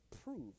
prove